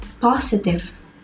positive